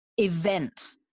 event